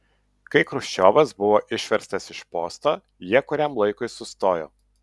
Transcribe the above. kai chruščiovas buvo išverstas iš posto jie kuriam laikui sustojo